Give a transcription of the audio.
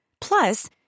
Plus